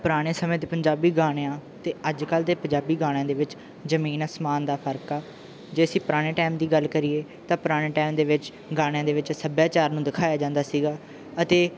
ਪੁਰਾਣੇ ਸਮੇਂ ਦੇ ਪੰਜਾਬੀ ਗਾਣਿਆਂ ਅਤੇ ਅੱਜ ਕੱਲ ਦੇ ਪੰਜਾਬੀ ਗਾਣਿਆਂ ਦੇ ਵਿੱਚ ਜ਼ਮੀਨ ਅਸਮਾਨ ਦਾ ਫਰਕ ਆ ਜੇ ਅਸੀਂ ਪੁਰਾਣੇ ਟਾਈਮ ਦੀ ਗੱਲ ਕਰੀਏ ਤਾਂ ਪੁਰਾਣੇ ਟਾਈਮ ਦੇ ਵਿੱਚ ਗਾਣਿਆਂ ਦੇ ਵਿੱਚ ਸੱਭਿਆਚਾਰ ਨੂੰ ਦਿਖਾਇਆ ਜਾਂਦਾ ਸੀਗਾ ਅਤੇ